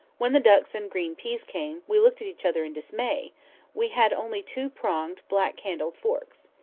when the ducks and green peas came, we looked at each other in dismay we had only two-pronged, black-handled forks.